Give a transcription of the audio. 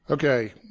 Okay